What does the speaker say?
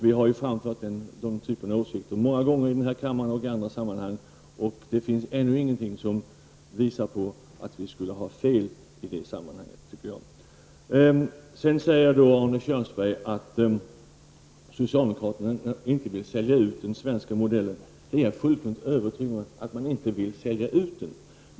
Vi har framfört den typen av åsikter många gånger i denna kammare och i andra sammanhang. Det finns ännu ingenting som visar att vi skulle ha fel, tycker jag. Arne Kjörnsberg säger att socialdemokraterna inte vill sälja ut den svenska modellen. Jag är fullkomligt övertygad om att man inte vill sälja ut den.